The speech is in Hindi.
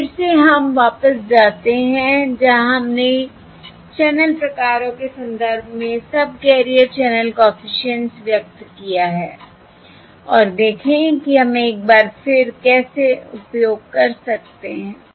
अब फिर से हम वापस जाते हैं जहां हमने चैनल प्रकारों के संदर्भ में सबकेरियर चैनल कॉफिशिएंट्स व्यक्त किया है और देखें कि हम एक बार फिर कैसे उपयोग कर सकते हैं